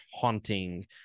haunting